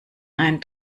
ein